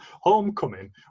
homecoming